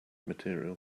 material